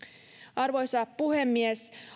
arvoisa puhemies